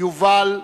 יובל וסין,